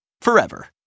forever